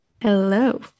Hello